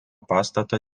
pastato